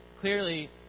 clearly